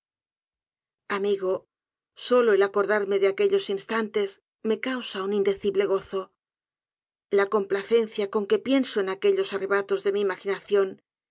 amigo solo el acordarme de aquellos instantes me causa un indecible gozo la complacencia con que pienso en aquellos arrebatos de mi imaginación